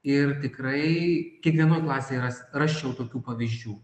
ir tikrai kiekvienoj klasėj ras rasčiau tokių pavyzdžių